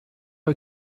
our